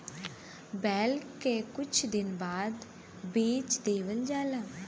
बैल के कुछ दिन बाद बेच देवल जाला